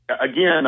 again